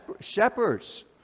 Shepherds